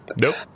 Nope